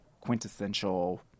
quintessential